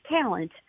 talent